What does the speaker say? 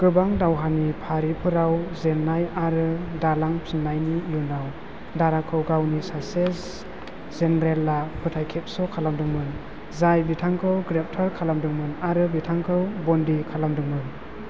गोबां दावहानि फारिफोराव जेननाय आरो दालांफिननायनि इयुनाव दाराखौ गावनि सासे जेनेरेला फोथायखेबस' खालामदोंमोन जाय बिथांखौ ग्रेप्टर खालामदोंमोन आरो बिथांखौ बन्दि खालामदोंमोन